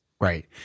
Right